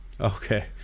okay